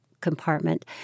compartment